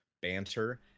banter